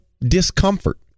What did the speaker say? discomfort